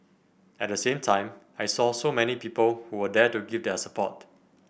at the same time I saw so many people who were there to give their support